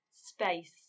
space